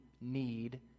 need